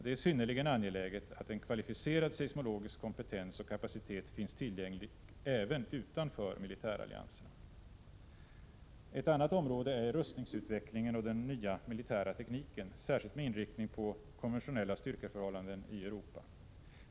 Det är synnerligen angeläget att en kvalificerad seismologisk kompetens och kapacitet finns tillgänglig även utanför militärallianserna. 2. Ett annat område är rustningsutvecklingen och den nya militära tekniken, särskilt med inriktning på konventionella styrkeförhållanden i Europa.